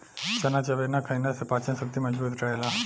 चना चबेना खईला से पाचन शक्ति मजबूत रहेला